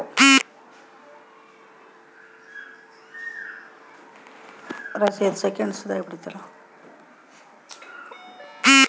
ಸೂರ್ಯಕಾಂತಿಗೆ ಬೇಳುವಂತಹ ಕೇಟಗಳು ಯಾವ್ಯಾವು?